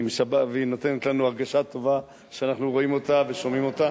והיא נותנת לנו הרגשה טובה שאנחנו רואים אותה ושומעים אותה,